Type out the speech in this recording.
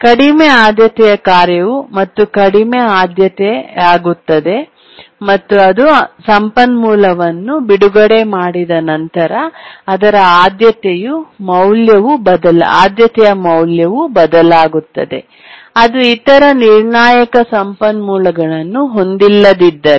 ಕಡಿಮೆ ಆದ್ಯತೆಯ ಕಾರ್ಯವು ಮತ್ತೆ ಕಡಿಮೆ ಆದ್ಯತೆಯಾಗುತ್ತದೆ ಮತ್ತು ಅದು ಸಂಪನ್ಮೂಲವನ್ನು ಬಿಡುಗಡೆ ಮಾಡಿದ ನಂತರ ಅದರ ಆದ್ಯತೆಯ ಮೌಲ್ಯವು ಬದಲಾಗುತ್ತದೆ ಅದು ಇತರ ನಿರ್ಣಾಯಕ ಸಂಪನ್ಮೂಲಗಳನ್ನು ಹೊಂದಿಲ್ಲದಿದ್ದರೆ